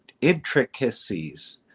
intricacies